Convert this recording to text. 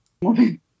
woman